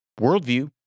worldview